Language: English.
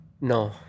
No